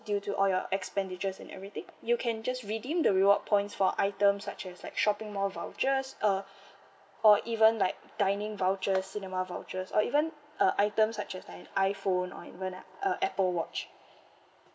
due to all your expenditures and everything you can just redeem the reward points for items such as like shopping mall vouchers uh or even like dining voucher cinema vouchers or even uh items such as like iPhone or even like uh Apple watch